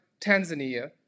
Tanzania